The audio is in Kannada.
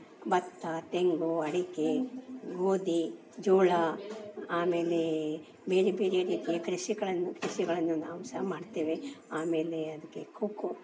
ಭತ್ತ ತೆಂಗು ಅಡಿಕೆ ಗೋಧಿ ಜೋಳ ಆಮೇಲೆ ಬೇರೆ ಬೇರೆ ರೀತಿಯ ಕೃಷಿಗಳನ್ನು ಕೃಷಿಗಳನ್ನು ನಾವು ಸಹ ಮಾಡ್ತೇವೆ ಆಮೇಲೆ ಅದಕ್ಕೆ ಕೊಕ್ಕೋ